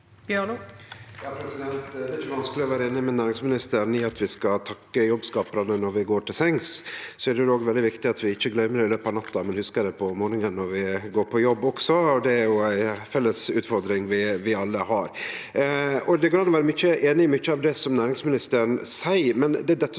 Det er ikkje van- skeleg å vere einig med næringsministeren i at vi skal takke jobbskaparane når vi går til sengs. Det er òg veldig viktig at vi ikkje gløymer dei i løpet av natta, men hugsar dei på morgonen når vi går på jobb. Det er ei felles utfordring vi alle har. Det går an vere einig i mykje av det som næringsministeren seier, men det dette